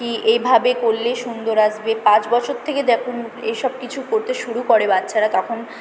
কী এভাবে করলে সুন্দর আসবে পাঁচ বছর থেকে দেখুন এইসব কিছু করতে শুরু করে বাচ্চারা তখন